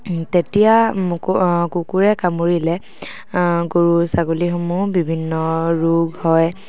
তেতিয়া কুকুৰে কামুৰিলে গৰু ছাগলীসমূহ বিভিন্ন ৰোগ হয়